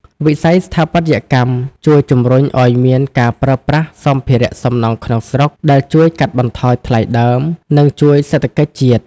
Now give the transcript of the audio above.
វិស័យស្ថាបត្យកម្មជួយជម្រុញឱ្យមានការប្រើប្រាស់សម្ភារៈសំណង់ក្នុងស្រុក ដែលជួយកាត់បន្ថយថ្លៃដើម និងជួយសេដ្ឋកិច្ចជាតិ។